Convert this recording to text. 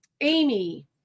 Amy